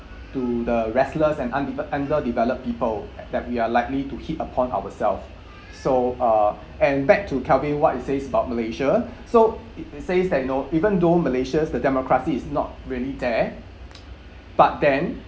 to the wrestlers and undeve~ underdeveloped people that we are likely to hit upon ourselves so uh and back to calvin what he says about malaysia so it he says that you know even though malaysia the democracy it's not really there but then